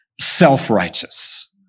self-righteous